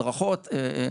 הדרכות,